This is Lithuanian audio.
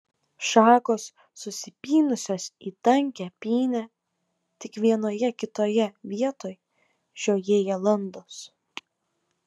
šakos susipynusios į tankią pynę tik vienoje kitoje vietoj žiojėja landos